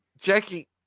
Jackie